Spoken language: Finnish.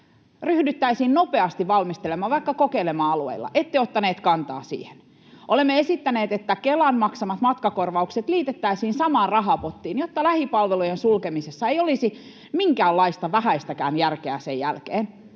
ryhdyttäisiin nopeasti valmistelemaan, vaikka kokeilemaan alueella. Ette ottanut kantaa siihen. Olemme esittäneet, että Kelan maksamat matkakorvaukset liitettäisiin samaan rahapottiin, jotta lähipalvelujen sulkemisessa ei olisi minkäänlaista, vähäistäkään, järkeä sen jälkeen.